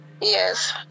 Yes